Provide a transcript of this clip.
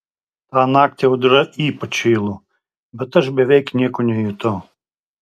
tą naktį audra ypač šėlo bet aš beveik nieko nejutau